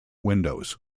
windows